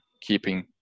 keeping